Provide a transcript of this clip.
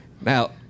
Now